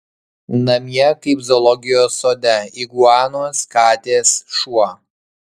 namie kaip zoologijos sode iguanos katės šuo